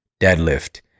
deadlift